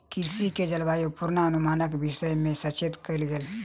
कृषक के जलवायु पूर्वानुमानक विषय में सचेत कयल गेल